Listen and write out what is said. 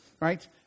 right